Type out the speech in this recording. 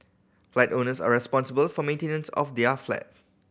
flat owners are responsible for maintenance of their flat